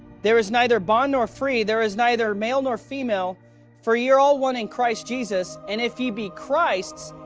there is neither bond nor free, there is neither male nor female for ye are all one in christ jesus. and if ye be christ's,